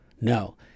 No